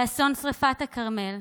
באסון השרפה בכרמל,